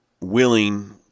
willing